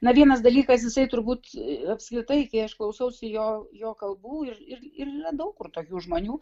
na vienas dalykas jisai turbūt apskritai kai aš klausausi jo jo kalbų ir ir ir yra daug kur tokių žmonių